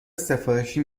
سفارشی